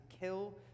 kill